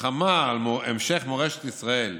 מלחמה על המשך מורשת ישראל,